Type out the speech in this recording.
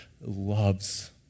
loves